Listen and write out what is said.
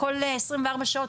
כל עשרים וארבע שעות,